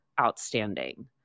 outstanding